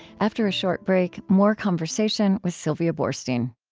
after a short break, more conversation with sylvia boorstein